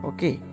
Okay